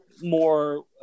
more